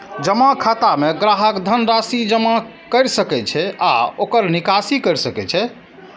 जमा खाता मे ग्राहक धन राशि जमा कैर सकै छै आ ओकर निकासी कैर सकै छै